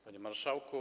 Panie Marszałku!